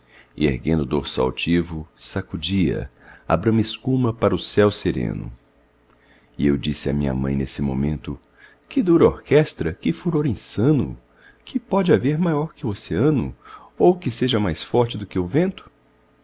erguendo o dorso altivo sacudia a branca escuma para o céu sereno e eu disse a minha mãe nesse momento que dura orquestra que furor insano que pode haver maior que o oceano ou que seja mais forte do que o vento